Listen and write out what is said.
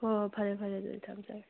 ꯍꯣꯏ ꯍꯣꯏ ꯐꯔꯦ ꯐꯔꯦ ꯑꯗꯨꯗꯤ ꯊꯝꯖꯔꯒꯦ